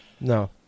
no